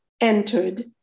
entered